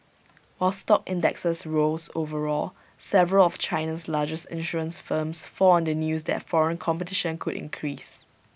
while stock indexes rose overall several of China's largest insurance firms fell on the news that foreign competition could increase